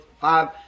Five